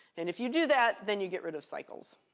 and if you do that, then you get rid of cycles.